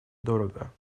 дорого